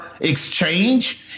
exchange